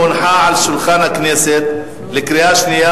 הונחה על שולחן הכנסת לקריאה שנייה